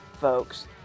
folks